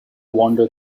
wander